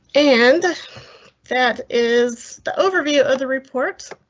and that is the overview. other reports.